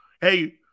Hey